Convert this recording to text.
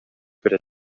берет